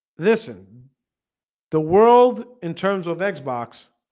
listen the world in terms of xbox